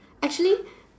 actually